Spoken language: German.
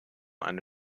eine